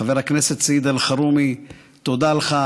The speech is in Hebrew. חבר הכנסת סעיד אלחרומי, תודה לך.